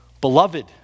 Beloved